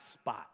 spot